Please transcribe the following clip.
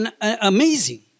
amazing